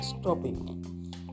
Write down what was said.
Stopping